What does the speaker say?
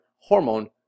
hormone